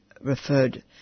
referred